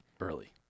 early